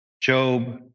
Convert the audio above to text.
Job